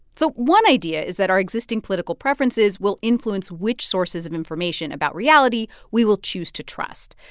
so one idea is that our existing political preferences will influence which sources of information about reality we will choose to trust.